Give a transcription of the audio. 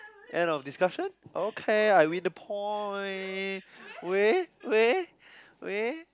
end of discussion okay I win the point wait wait wait